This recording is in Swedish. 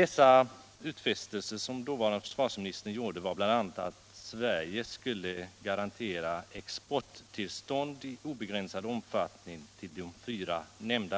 De utfästelser som den dåvarande försvarsministern gjorde var bl.a. att Sverige skulle garantera tillstånd till export i obegränsad omfattning till de fyra